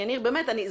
יניב,